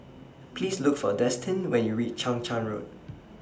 Please Look For Destin when YOU REACH Chang Charn Road